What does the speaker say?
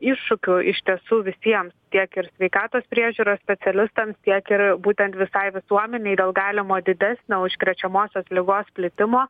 iššūkių iš tiesų visiems tiek ir sveikatos priežiūros specialistams tiek ir būtent visai visuomenei dėl galimo didesnio užkrečiamosios ligos plitimo